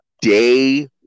day